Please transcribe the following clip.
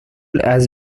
has